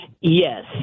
Yes